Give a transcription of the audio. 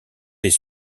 des